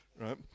Right